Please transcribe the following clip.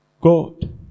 God